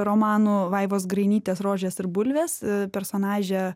romanų vaivos grainytės rožės ir bulvės personažė